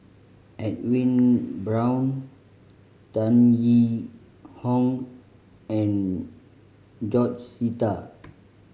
Edwin Brown Tan Yee Hong and George Sita